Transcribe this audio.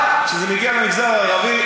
אבל כשזה מגיע למגזר הערבי,